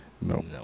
No